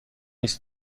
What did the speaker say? است